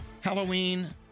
Halloween